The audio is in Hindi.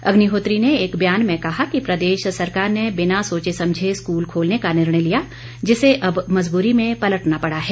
अग्निहोत्री ने एक बयान में कहा कि प्रदेश सरकार ने बिना सोचे समझे स्कूल खोलने का निर्णय लिया जिसे अब मजबूरी में पलटना पड़ा है